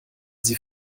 sie